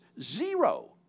zero